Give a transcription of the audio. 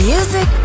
Music